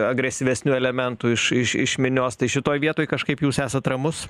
agresyvesnių elementų iš iš iš minios tai šitoj vietoj kažkaip jūs esat ramus